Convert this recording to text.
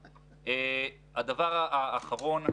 אבנר, תודה רבה.